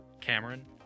Cameron